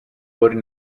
μπορεί